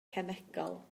cemegol